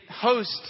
host